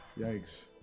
Yikes